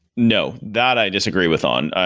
no. that, i disagree with on.